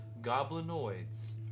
goblinoids